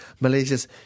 Malaysia's